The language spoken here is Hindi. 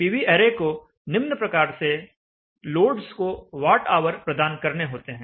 पीवी ऐरे को निम्न प्रकार से लोड्स को वाट ऑवर प्रदान करने होते हैं